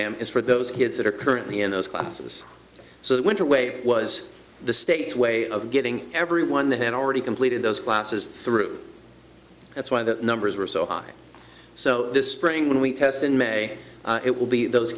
exam is for those kids that are currently in those classes so that went away was the state's way of getting everyone that had already completed those classes through that's why the numbers were so high so this spring when we test in may it will be those